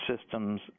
Systems